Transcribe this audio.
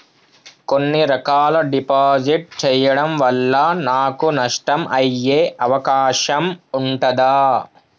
కొన్ని రకాల డిపాజిట్ చెయ్యడం వల్ల నాకు నష్టం అయ్యే అవకాశం ఉంటదా?